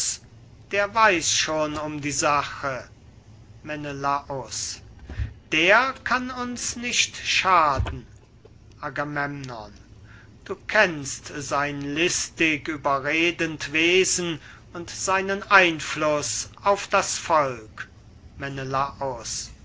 der weiß schon um die sache menelaus der kann uns nicht schaden agamemnon du kennst sein listig überredend wesen und seinen einfluß auf das volk menelaus